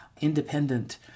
independent